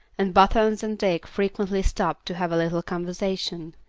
and buttons and dick frequently stopped to have a little conversation.